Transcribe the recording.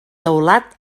teulat